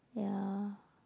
ya